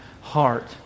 heart